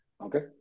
Okay